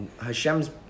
Hashem's